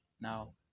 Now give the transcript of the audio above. now